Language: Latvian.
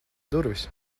durvis